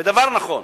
ודבר נכון,